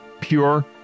pure